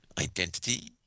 identity